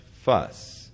fuss